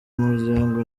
umuryango